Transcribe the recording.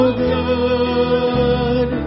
good